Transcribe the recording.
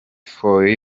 for